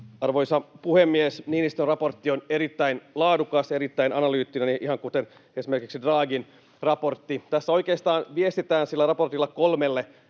Arvoisa puhemies! Niinistön raportti on erittäin laadukas, erittäin analyyttinen, ihan kuten esimerkiksi Draghin raportti. Sillä raportilla viestitään oikeastaan kolmelle